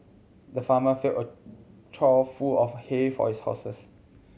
the farmer filled a trough full of hay for his horses